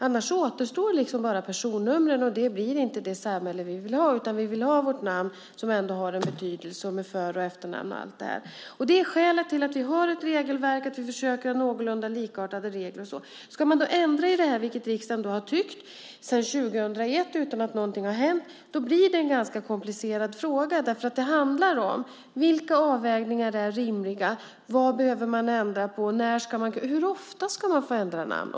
Annars återstår bara personnumren, och det blir inte det samhälle vi vill ha. Vi vill ha namn som har betydelse, med för och efternamn och så vidare. Detta är skälet till att vi har ett regelverk och att vi vill ha någorlunda likartade regler. Ska man ändra i detta, vilket riksdagen har tyckt sedan 2001 utan att något har hänt, blir det en ganska komplicerad fråga. Det handlar om vilka avvägningar som är rimliga. Vad behöver man ändra på? Hur ofta ska man få ändra namn?